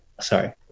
Sorry